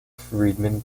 friedman